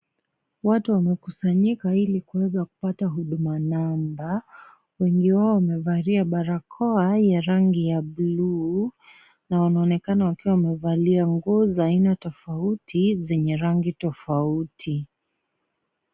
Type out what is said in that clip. Watu wamekusanyika ili kuweza kupata huduma namba wengi wao wamevalia barakoa ya rangi ya buluu na wanaonekana wakiwa wamevalia nguo za aina tofauti zenye rangi tofauti.